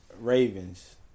Ravens